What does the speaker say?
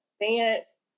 dance